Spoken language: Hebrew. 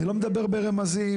אני לא מדבר ברמזים,